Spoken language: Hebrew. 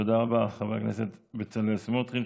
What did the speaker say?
תודה רבה, חבר הכנסת בצלאל סמוטריץ'.